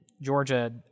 Georgia